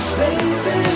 baby